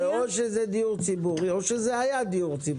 או שזה דיון ציבורי או שזה היה דיור ציבורי.